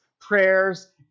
prayers